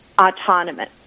autonomous